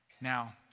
now